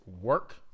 work